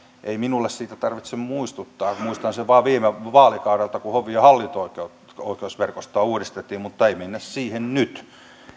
ei minulle siitä tarvitse muistuttaa muistan sen vain viime vaalikaudelta kun hovi ja hallinto oikeusverkostoa uudistettiin mutta ei mennä siihen nyt